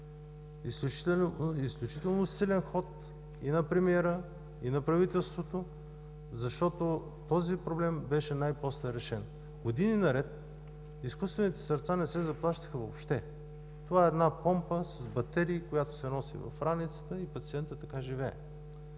Изключително силен ход и на премиера, и на правителството, защото този проблем беше най-после решен. Години наред изкуствените сърца не се заплащаха въобще. Това е една помпа с батерии, която се носи в раницата и пациентът така живее.